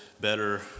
better